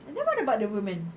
and then what about the women